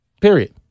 Period